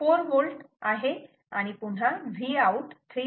4 V आहे आणि पुन्हा Vout 3